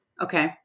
Okay